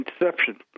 interception